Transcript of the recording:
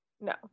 No